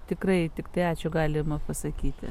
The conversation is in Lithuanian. tikrai tik tiktai ačiū galima pasakyti